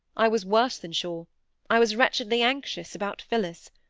i was worse than sure i was wretchedly anxious about phillis.